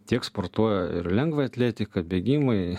tiek sportuoja ir lengvąją atletiką bėgimai